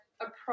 approach